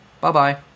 Bye-bye